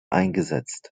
eingesetzt